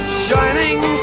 shining